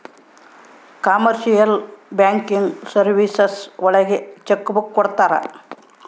commercial banking services ಒಳಗ cheque book ಕೊಡ್ತಾರ